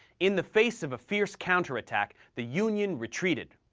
in the face of a fierce counterattack, the union retreated.